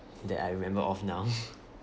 that I remember of now